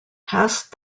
hast